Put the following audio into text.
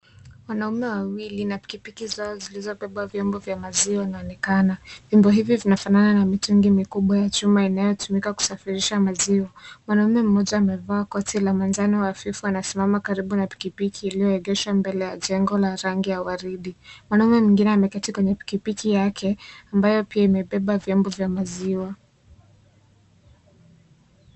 Wanaume wawili na pikipiki zai ziliobeba vyombo vya maziwa vinaonekana vyombo hili vinaonekana mitungi mikubwa vya chuma vinavyotumika kusafirisha maziwa mwanaume mmoja amevas koti ya manjano akiwa amesimama kando ya pikipiki yaliyoegeshwa mbele ya rangi ya waridi mwanaume mwingine ameketi kwenye pikipiki yake ambayo pia imebeba viombo vya maziwa.